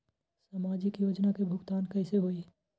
समाजिक योजना के भुगतान कैसे होई?